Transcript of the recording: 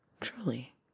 Truly